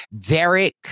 Derek